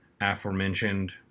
aforementioned